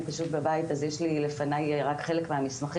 אני פשוט בבית אז יש לי לפני רק חלק מהמסמכים,